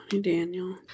daniel